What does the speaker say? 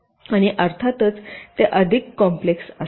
आणि अर्थातच ते अधिक कॉम्प्लेक्स असेल